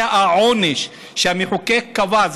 זה העונש שהמחוקק קבע.